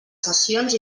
cessions